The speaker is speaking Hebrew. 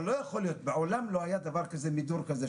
אבל מעולם לא היה דבר כזה, מידור כזה.